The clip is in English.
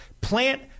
plant